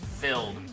filled